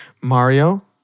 Mario